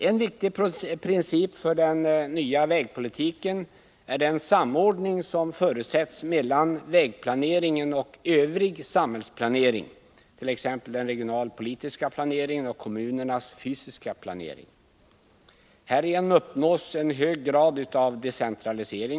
En viktig princip för den nya vägpolitiken är den samordning som förutsätts mellan vägplaneringen och övrig samhällsplanering, t.ex. den regionalpolitiska planeringen och kommunernas fysiska planering. Häri genom uppnås en hög grad av decentralisering.